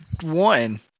one